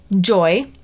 joy